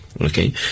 Okay